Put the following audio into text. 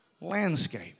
landscape